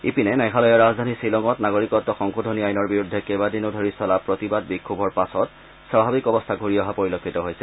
ইপিনে মেঘালয়ৰ ৰাজধানী খিলঙত নাগৰিকত্ব সংশোধনী আইনৰ বিৰুদ্ধে কেইবাদিন ধৰি চলা প্ৰতিবাদ বিক্ষোভৰ পাছত স্বাভাৱিক অৱস্থা ঘূৰি অহা পৰিলক্ষিত হৈছে